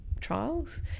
trials